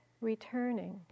Returning